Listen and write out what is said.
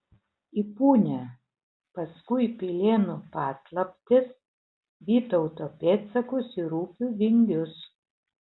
į punią paskui pilėnų paslaptis vytauto pėdsakus ir upių vingius